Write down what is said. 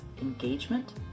engagement